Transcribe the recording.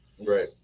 Right